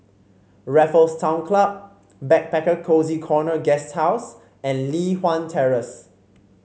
Raffles Town Club Backpacker Cozy Corner Guesthouse and Li Hwan Terrace